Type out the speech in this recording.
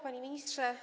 Panie Ministrze!